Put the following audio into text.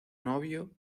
novio